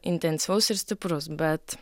intensyvaus ir stiprus bet